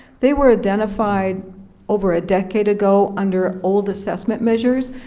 they were identified over a decade ago under old assessment measures.